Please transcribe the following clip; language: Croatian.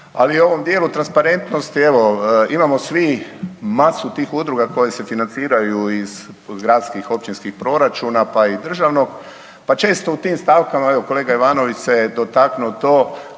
Ali u ovom dijelu transparentnosti evo imamo svi masu tih udruga koje se financiraju iz gradskih, općinskih proračuna pa i državnog. Pa često u tim stavkama, evo kolega Ivanović se dotaknuo to